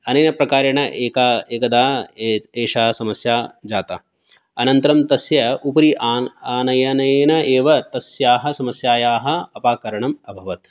अनेन प्रकारेण एका एकदा एषा समस्या जाता अनन्तरं तस्य उपरि आन आनयनेन एव तस्याः समस्यायाः अपाकरणं अभवत्